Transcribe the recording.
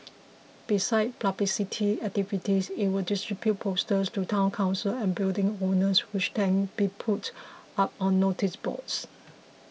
besides publicity activities it will distribute posters to Town Councils and building owners which can be put up on noticeboards